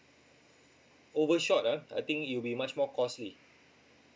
overshot ah I think it will be much more costly